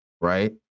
right